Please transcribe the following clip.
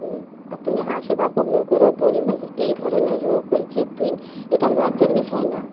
হুম আর তুমি আশেপাশের লোকেরও বলবে এই ধরনের রোগ হয়েছে তুই এটা লজ্জার বিষয় না